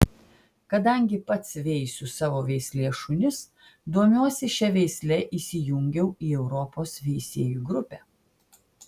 kadangi pats veisiu savo veislės šunis domiuosi šia veisle įsijungiau į europos veisėjų grupę